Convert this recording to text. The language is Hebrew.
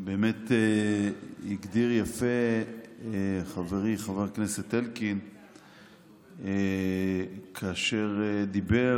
באמת הגדיר יפה חברי חבר הכנסת אלקין כאשר דיבר